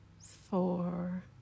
four